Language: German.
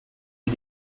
wie